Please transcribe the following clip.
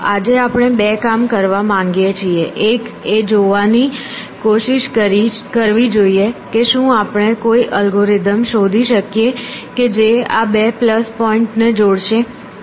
આજે આપણે બે કામ કરવા માંગીએ છીએ એક એ જોવાની કોશિશ કરવી જોઈએ કે શું આપણે કોઈ અલ્ગોરિધમ શોધી શકીએ કે જે આ બે પ્લસ પોઇન્ટ્સને જોડશે